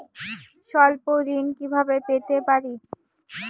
স্বল্প ঋণ কিভাবে পেতে পারি?